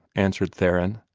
answered theron.